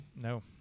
No